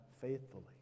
faithfully